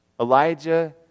Elijah